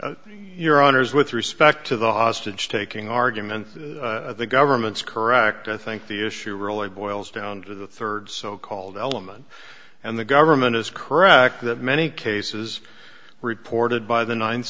much your honour's with respect to the hostage taking argument the government's correct i think the issue really boils down to the third so called element and the government is correct that many cases reported by the ninth